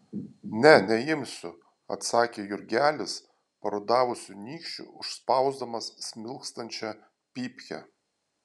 ne neimsiu atsakė jurgelis parudavusiu nykščiu užspausdamas smilkstančią pypkę